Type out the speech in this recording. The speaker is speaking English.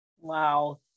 Wow